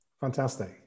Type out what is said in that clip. Fantastic